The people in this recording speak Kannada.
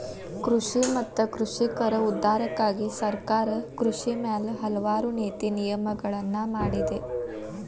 ಕೃಷಿ ಮತ್ತ ಕೃಷಿಕರ ಉದ್ಧಾರಕ್ಕಾಗಿ ಸರ್ಕಾರ ಕೃಷಿ ಮ್ಯಾಲ ಹಲವಾರು ನೇತಿ ನಿಯಮಗಳನ್ನಾ ಮಾಡಿದೆ